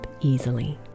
easily